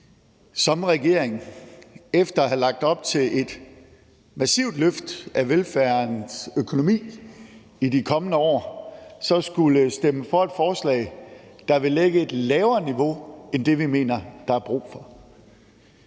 som regering efter at have lagt op til et massivt løft af velfærdens økonomi i de kommende år skulle stemme for et forslag, der vil lægge et lavere niveau end det, vi mener at der er brug for.